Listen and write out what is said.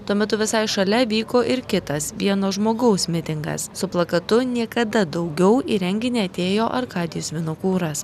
tuo metu visai šalia vyko ir kitas vieno žmogaus mitingas su plakatu niekada daugiau į renginį atėjo arkadijus vinokuras